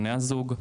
בני הזוג,